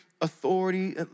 authority